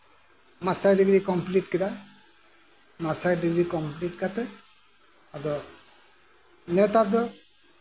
master degree complete ᱠᱮᱫᱟ master degree complete ᱠᱟᱛᱮᱫ ᱟᱫᱚ ᱱᱮᱛᱟᱨ ᱫᱚ